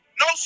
no